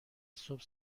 صبح